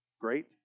great